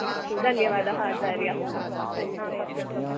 अस्तु धन्यवादः आचार्या धन्यवादः